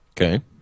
Okay